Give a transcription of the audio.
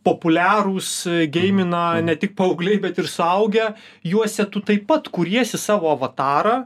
populiarūs geimina ne tik paaugliai bet ir suaugę juose tu taip pat kuriesi savo avatarą